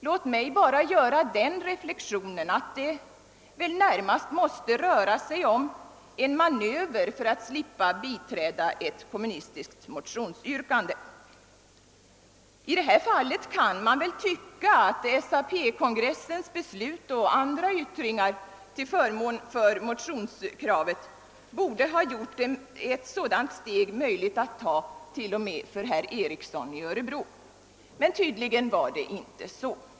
Låt mig bara göra den reflexionen att det väl närmast måste röra sig om en manöver för att slippa biträda ett kommunistiskt motionsyrkande. I detta fall kan man väl tycka att SAP-kongressens beslut och andra yttringar till förmån för motionskravet borde ha gjort ett sådant steg möjligt att ta — t.o.m. för herr Ericson i Örebro. Men tydligen var det inte så.